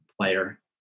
player